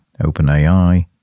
OpenAI